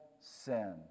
sin